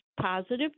positive